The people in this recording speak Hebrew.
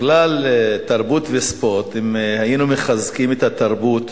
בכלל, תרבות וספורט, אם היינו מחזקים את התרבות